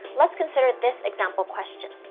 let's consider this example question.